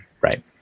Right